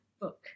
book